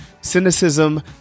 cynicism